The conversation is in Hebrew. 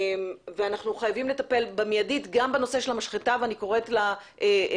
אנחנו חייבים לטפל במיידית גם בנושא של המשחטה ואני קוראת למינהל